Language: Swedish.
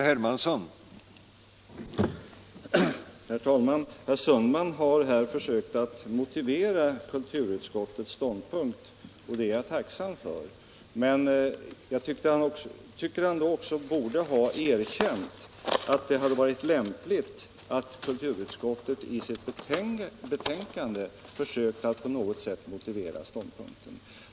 Herr talman! Herr Sundman har här försökt motivera kulturutskottets ståndpunkt. Det är jag tacksam för, men jag tycker att han då också borde ha erkänt att det hade varit lämpligt att kulturutskottet i sitt betänkande försökt att på något sätt motivera sin ståndpunkt.